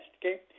okay